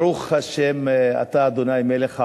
ברוך השם, אתה אדוני מלך העולם,